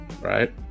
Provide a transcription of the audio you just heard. Right